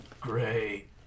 Great